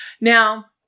Now